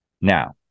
now